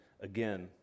again